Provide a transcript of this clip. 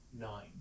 nine